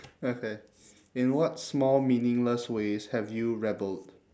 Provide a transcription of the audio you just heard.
okay in what small meaningless ways have you rebelled